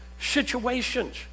situations